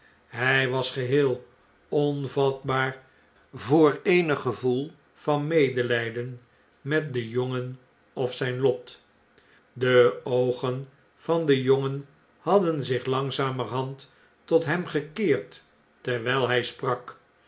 hij wasgeheel onvatbaar voor eenig gevoel van medelijden met den jongen of zijn lot de oogen van den jongen hadden zich langzamerhand tot hem gekeerd terwijl hij sprak